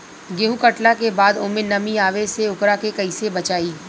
गेंहू कटला के बाद ओमे नमी आवे से ओकरा के कैसे बचाई?